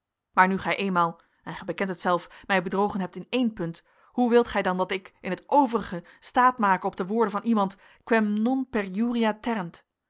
maar nu gij eenmaal en gij bekent het zelf mij bedrogen hebt in één punt hoe wilt gij dan dat ik in het overige staat make op de woorden van iemand quem non periuria terrent